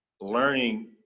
learning